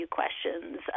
questions